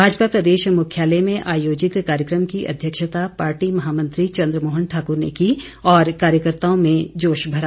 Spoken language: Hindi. भाजपा प्रदेश मुख्यालय में आयोजित कार्यक्रम की अध्यक्षता पार्टी महामंत्री चंद्रमोहन ठाक्र ने की और कार्यकर्ताओं में जोश भरा